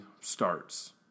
starts